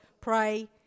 pray